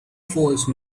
false